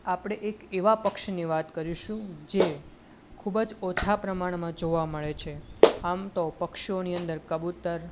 આપણે એક એવા પક્ષીની વાત કરીશું જે ખૂબ જ ઓછા પ્રમાણમાં જોવા મળે છે આમ તો પક્ષીઓની અંદર કબૂતર